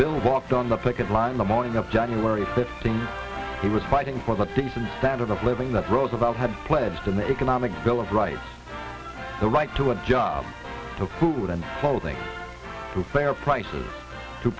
bill walked on the picket line the morning of january fifteenth he was fighting for the decent standard of living that roosevelt had pledged in the economic bill of rights the right to a job to food and clothing to fair prices to